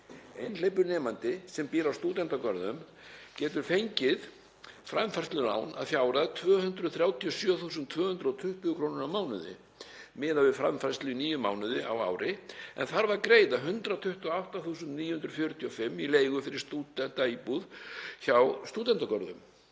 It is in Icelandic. Einhleypur nemandi sem býr á stúdentagörðum getur fengið framfærslulán að fjárhæð 237.220 kr. á mánuði miðað við framfærslu í níu mánuði á ári en þarf að greiða 128.945 kr. í leigu fyrir stúdentaíbúð hjá stúdentagörðum.